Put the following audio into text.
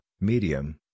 medium